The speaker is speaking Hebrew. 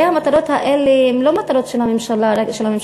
הרי המטרות האלה הן לא רק מטרות של הממשלה הזאת,